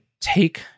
take